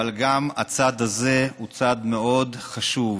אבל גם הצעד הזה הוא צעד מאוד חשוב.